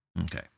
Okay